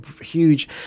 huge